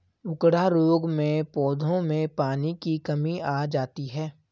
उकडा रोग में पौधों में पानी की कमी आ जाती है